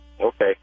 Okay